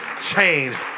Changed